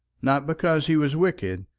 not because he was wicked,